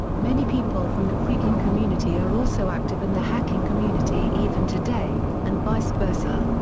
many people from the phreaking community are also active in the hacking community even today, and vice versa.